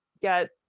get